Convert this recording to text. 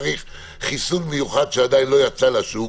צריך חיסון מיוחד שעדיין לא יצא לשוק,